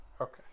Okay